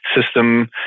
system